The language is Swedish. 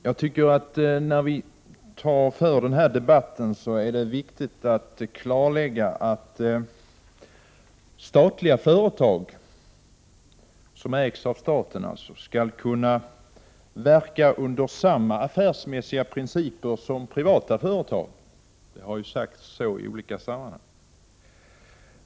Herr talman! När vi för denna debatt är det viktigt att klarlägga att statliga 15 december 1988 företag skall kunna verka under samma affärsmässiga principer som privata företag. Det har ju sagts så i olika sammanhang.